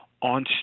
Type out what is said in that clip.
On